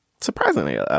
surprisingly